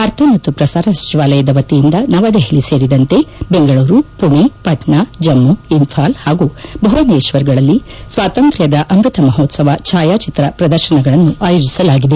ವಾರ್ತಾ ಮತ್ತು ಪ್ರಸಾರ ಸಚಿವಾಲಯದ ವತಿಯಿಂದ ನವದೆಹಲಿ ಸೇರಿದಂತೆ ಬೆಂಗಳೂರು ಪುಣೆ ಪಟ್ನಾ ಜಮ್ಮು ಹಾಗೂ ಇಂಫಾಲ್ ಗಳಲ್ಲಿ ಸ್ವಾತಂತ್ರ್ತದ ಅಮೃತ ಮಹೋತ್ಸವ ಛಾಯಾಚಿತ್ರ ಪ್ರದರ್ಶನಗಳನ್ನು ಆಯೋಜಿಸಲಾಗಿದೆ